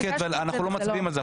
אנחנו לא מצביעים על זה,